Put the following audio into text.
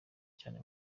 cyane